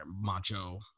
macho